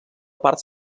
part